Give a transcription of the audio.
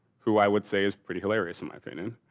who i would say is pretty hilarious in my opinion.